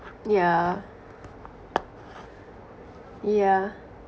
yeah yeah